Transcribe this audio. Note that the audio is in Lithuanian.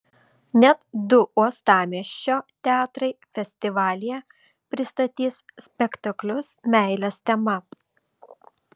net du uostamiesčio teatrai festivalyje pristatys spektaklius meilės tema